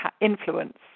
influence